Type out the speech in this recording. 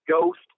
Ghost